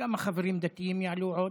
כמה חברים דתיים יעלו עוד?